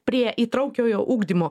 prie įtraukiojo ugdymo